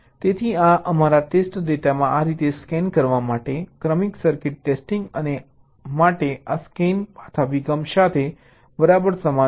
તેથી આ અમારા ટેસ્ટ ડેટામાં આ રીતે સ્કેન કરવા માટે ક્રમિક સર્કિટ ટેસ્ટિંગ માટે આ સ્કેન પાથ અભિગમ સાથે બરાબર સમાન છે